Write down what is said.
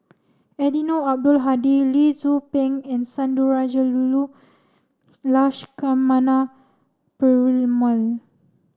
Eddino Abdul Hadi Lee Tzu Pheng and Sundarajulu Lakshmana Perumal